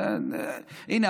הינה,